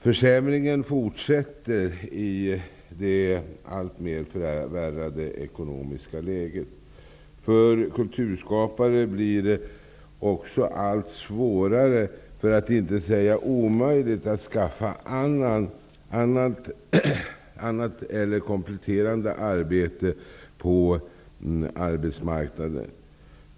Försämringen fortsätter i det alltmer förvärrade ekonomiska läget. För kulturskapare blir det också allt svårare, för att inte säga omöjligt, att skaffa annat eller kompletterande arbete på arbetsmarknaden.